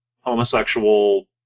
homosexual